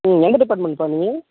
ம் எந்த டிப்பார்ட்மெண்ட்பா நீ